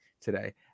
today